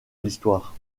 l’histoire